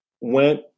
went